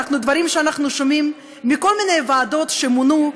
דברים שאנחנו שומעים מכל מיני ועדות שמונו,